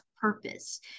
purpose